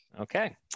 Okay